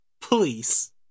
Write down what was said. please